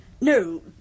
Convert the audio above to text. No